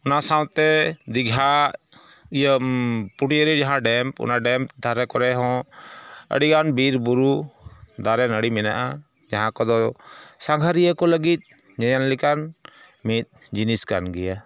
ᱚᱱᱟ ᱥᱟᱶᱛᱮ ᱫᱤᱜᱷᱟ ᱤᱭᱟᱹ ᱯᱷᱩᱰᱤᱭᱟᱨᱤ ᱡᱟᱦᱟᱸ ᱰᱮᱢ ᱚᱱᱟ ᱰᱮᱢ ᱫᱷᱟᱨᱮ ᱠᱚᱨᱮ ᱦᱚᱸ ᱟᱰᱤᱜᱟᱱ ᱵᱤᱨ ᱵᱩᱨᱩ ᱫᱟᱨᱮ ᱱᱟᱹᱲᱤ ᱢᱮᱱᱟᱜᱼᱟ ᱡᱟᱦᱟᱸ ᱠᱚᱫᱚ ᱥᱟᱸᱜᱷᱟᱨᱤᱭᱟᱹ ᱠᱚ ᱞᱟᱹᱜᱤᱫ ᱧᱮᱞ ᱞᱮᱠᱟᱱ ᱢᱤᱫ ᱡᱤᱱᱤᱥ ᱠᱟᱱ ᱜᱮᱭᱟ